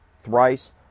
thrice